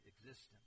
existence